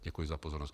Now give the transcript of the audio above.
Děkuji za pozornost.